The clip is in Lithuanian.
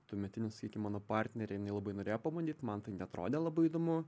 tuometinė sakykim mano partnerė jinai labai norėjo pabandyt man tai neatrodė labai įdomu